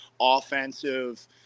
offensive